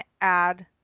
add